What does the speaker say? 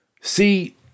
See